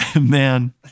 man